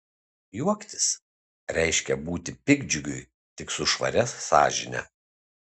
juoktis reiškia būti piktdžiugiui tik su švaria sąžine